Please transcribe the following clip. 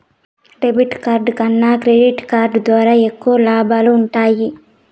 debit card కన్నా credit card ద్వారా ఎక్కువ లాబాలు వుంటయ్యి